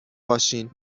باشین